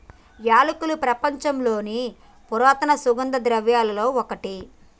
యాలకులు ప్రపంచంలోని పురాతన సుగంధ ద్రవ్యలలో ఒకటి